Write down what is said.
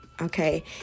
okay